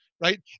right